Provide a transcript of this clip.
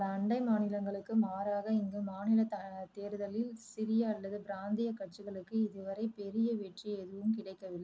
பல அண்டை மாநிலங்களுக்கு மாறாக இங்கு மாநிலத் தேர்தலில் சிறிய அல்லது பிராந்திய கட்சிகளுக்கு இதுவரை பெரிய வெற்றி எதுவும் கிடைக்கவில்லை